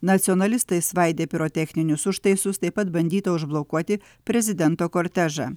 nacionalistai svaidė pirotechninius užtaisus taip pat bandyta užblokuoti prezidento kortežą